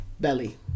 belly